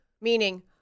meaning